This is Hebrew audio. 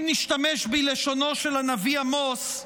אם נשתמש בלשונו של הנביא עמוס,